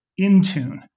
Intune